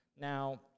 Now